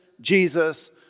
Jesus